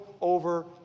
over